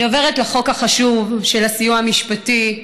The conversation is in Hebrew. אני עוברת לחוק החשוב של הסיוע המשפטי.